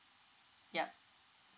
yup